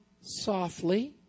softly